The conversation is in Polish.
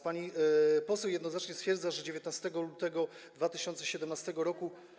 Pani poseł jednoznacznie stwierdza, że 19 lutego 2017 r.